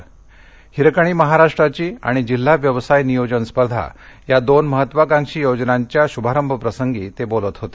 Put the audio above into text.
हिरकणी महाराष्ट्राची आणि जिल्हा व्यवसाय नियोजन स्पर्धा या दोन महत्त्वाकांक्षी योजनांच्या शुभारंभ प्रसंगी ते बोलत होते